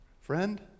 friend